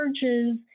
churches